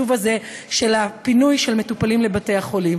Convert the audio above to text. הזה של הפינוי של מטופלים לבתי-החולים.